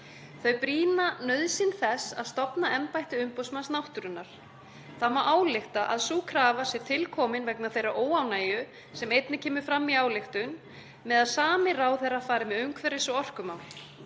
Þau brýna nauðsyn þess að stofna embætti umboðsmanns náttúrunnar. Það má álykta að sú krafa sé til komin vegna þeirrar óánægju, sem einnig kemur fram í ályktuninni, með að sami ráðherra fari með umhverfis- og orkumál.